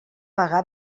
pagar